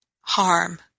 harm